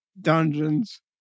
dungeons